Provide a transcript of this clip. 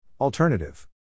Alternative